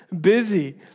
busy